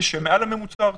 שהם מעל הממוצע הארצי.